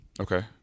Okay